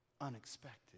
unexpected